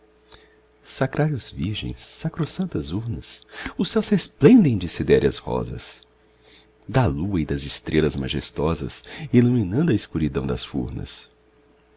noturnas sacrários virgens sacrossantas urnas os céus resplendem de sidéreas rosas da lua e das estrelas majestosas iluminando a escuridão das furnas